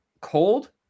Cold